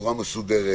בצורה מסודרת,